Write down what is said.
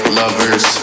lovers